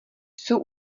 jsou